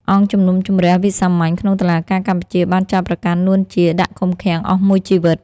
អង្គជំនុំជម្រះវិសាមញ្ញក្នុងតុលាការកម្ពុជា បានចោទប្រកាន់ នួន ជា ដាក់ឃុំឃាំងអស់មួយជីវិត។